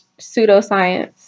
pseudoscience